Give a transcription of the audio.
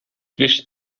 wischt